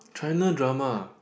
China drama uh